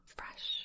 fresh